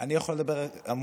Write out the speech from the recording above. אתה יכול לדבר, תמשיך.